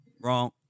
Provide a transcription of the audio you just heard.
Wrong